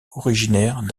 originaires